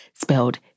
spelled